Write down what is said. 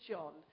John